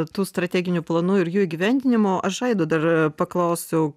tų strateginių planų ir jų įgyvendinimo aš aido dar paklausiu